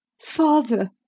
Father